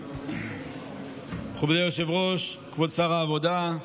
מכובדי היושב-ראש, כבוד שר העבודה,